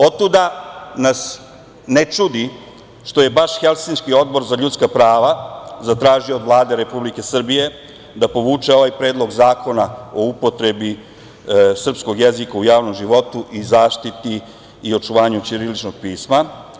Otuda nas ne čudi što je baš Helsinški odbor za ljudska prava zatražio od Vlade Republike Srbije da povuče ovaj predlog zakona o upotrebi srpskog jezika u javnom životu i zaštiti i očuvanju ćiriličnog pisma.